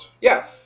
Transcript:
Yes